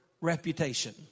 reputation